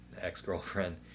ex-girlfriend